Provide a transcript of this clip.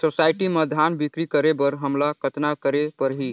Society म धान बिक्री करे बर हमला कतना करे परही?